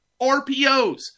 RPOs